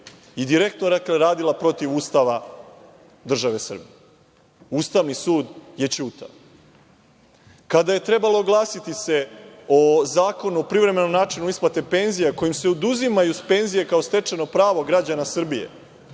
i direktno radila protiv Ustava države Srbije. Ustani sud ćutao. Kada se trebalo oglasiti o Zakonu o privremenom načinu isplate penzija, kojim se oduzimaju penzije kao stečeno pravo građana Srbije,